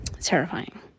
terrifying